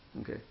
Okay